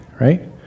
right